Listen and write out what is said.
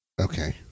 Okay